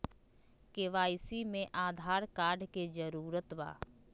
KYC में Aadhaar card के जरूरत बा?